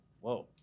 Whoa